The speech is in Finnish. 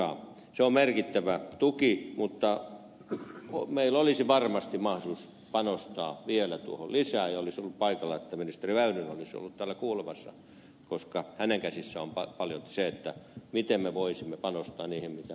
se on merkittävä tuki mutta meillä olisi varmasti mahdollisuus panostaa vielä tuohon lisää ja olisi ollut paikallaan että ministeri väyrynen olisi ollut täällä kuulemassa koska hänen käsissään on paljolti se miten me voisimme panostaa niihin asioihin mitä muun muassa ed